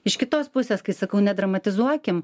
iš kitos pusės kai sakau nedramatizuokim